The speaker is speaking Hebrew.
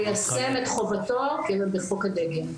ליישם את חובתו לחוק הדגל.